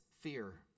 fear